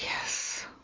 Yes